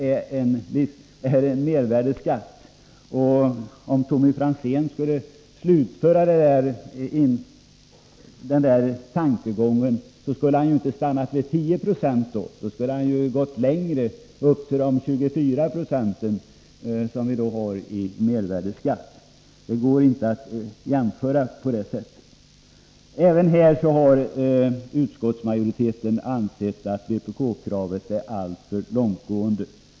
Om Tommy Franzén skulle fullfölja sin tankegång, skulle han inte ha stannat vid 10 90 utan skulle ha gått längre, upp till 24 76, som mervärdeskatten ligger på. Det går inte att jämföra dessa två ting. Utskottsmajoriteten anser att vpk-kravet är alltför långtgående.